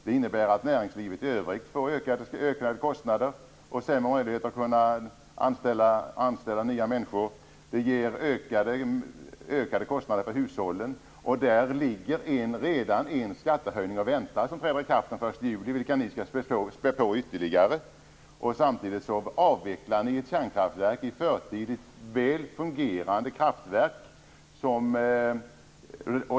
Det innebär att näringslivet i övrigt får ökade kostnader och sämre möjligheter att anställa nya människor. Det ger ökade kostnader för hushållen. Där ligger redan en skattehöjning och väntar, som träder i kraft den 1 juli, vilken ni skall späda på ytterligare. Samtidigt avvecklar ni ett kärnkraftverk i förtid, ett väl fungerande kraftverk.